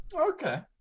Okay